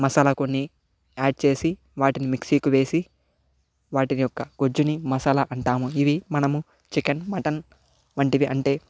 మసాలా కొన్ని యాడ్ చేసి వాటిని మిక్సీ కి వేసి వాటి యొక్క గుజ్జుని మసాలా అంటాము ఇది మనము చికెన్ మటన్ వంటివి అంటే